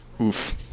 Oof